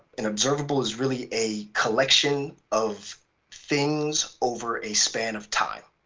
an observable is really a collection of things over a span of time.